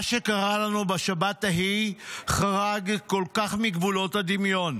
"מה שקרה לנו בשבת ההיא חרג כל כך מגבולות הדמיון,